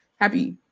Happy